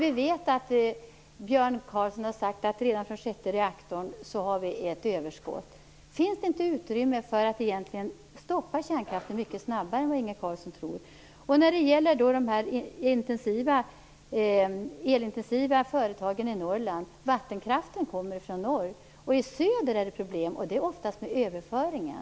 Vi vet att Björn Carlsson har sagt att vi redan från sjätte reaktorn har ett överskott. Finns det inte utrymme för att stoppa kärnkraften mycket snabbare än vad Inge Carlsson tror? När det gäller de elintensiva företagen i Norrland kommer vattenkraften från norr. Det är i söder det är problem, och då ofta med överföringen.